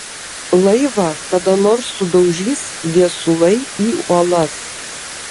laivą kada nors sudaužys viesulai į uolas